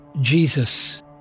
Jesus